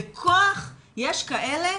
בכוח יש כאלה,